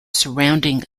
surrounding